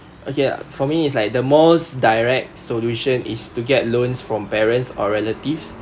okay ah for me is like the most direct solution is to get loans from parents or relatives